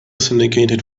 syndicated